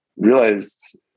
Realized